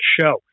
show